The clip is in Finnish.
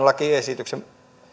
lakiesityksen